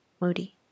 moody